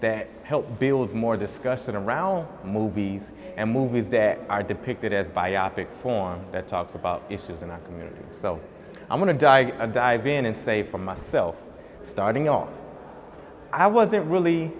that helps build more discussion around movies and movies that are depicted as a biopic that talks about issues in our community well i'm going to die and dive in and say for myself starting off i wasn't really